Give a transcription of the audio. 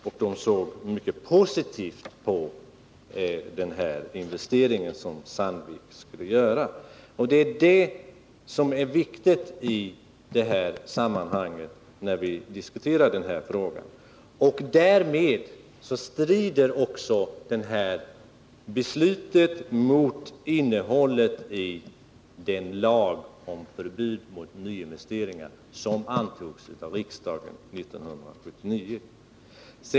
Och tidningarna såg mycket positivt på den investering som Sandvik skulle göra. Det är detta som är viktigt när vi diskuterar denna fråga. Därmed strider också detta beslut mot innehållet i den lag om förbud mot nyinvesteringar i Sydafrika som antogs av riksdagen 1979.